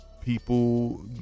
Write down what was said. people